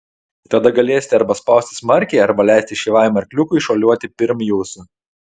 tada galėsite arba spausti smarkiai arba leisti šyvajam arkliukui šuoliuoti pirm jūsų